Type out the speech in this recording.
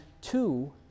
two